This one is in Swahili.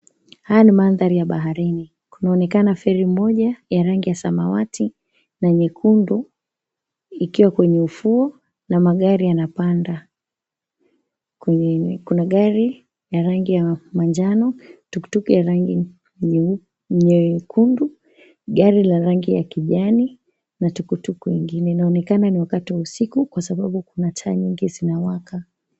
Haya ni mandhari ya baharini kunaonekana feri moja ya rangi ya samawati na nyekundu ikiwa kwenye ufuo na magari yanapanda, kuna gari ya rangi ya manjano, tukutuku ya rangi ya nyekundu, gari la rangi ya kijani na tukutuku ingine inaonekana ni wakati wa usiku kwasababu kuna taa nyingi zinawaka.